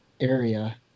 area